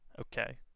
Okay